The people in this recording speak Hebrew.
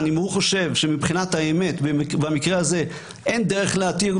אם הוא חושב שמבחינת האמת במקרה הזה אין דרך להתיר,